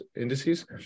indices